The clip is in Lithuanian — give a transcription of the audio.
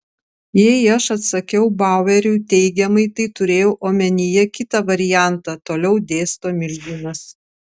jei aš atsakiau baueriui teigiamai tai turėjau omenyje kitą variantą toliau dėsto milžinas